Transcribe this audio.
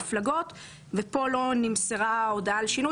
ופה לא נמסרה הודעה על שינוי,